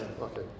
Okay